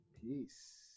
peace